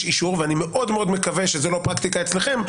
אישור ואני מאוד מקווה שזוהי לא פרקטיקה אצלכם,